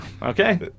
Okay